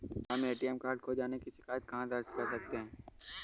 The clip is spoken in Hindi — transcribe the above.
हम ए.टी.एम कार्ड खो जाने की शिकायत कहाँ दर्ज कर सकते हैं?